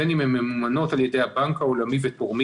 בין אם הן ממומנות על ידי הבנק העולמי ותורמים